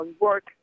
work